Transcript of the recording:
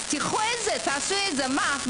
אז תקחו את זה תעשו עם זה משהו.